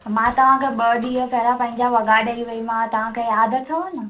मां तव्हां खे ॿ ॾींहुं पहिरियां पंहिंजा वॻा ॾेई वईमांव तव्हां खे यादि अथव न